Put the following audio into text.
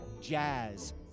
jazz